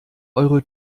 eure